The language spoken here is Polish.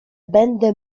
będę